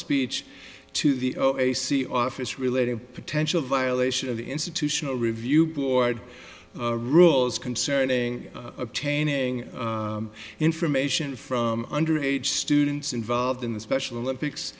speech to the o a c office related potential violation of the institutional review board rules concerning obtaining information from under age students involved in the special olympics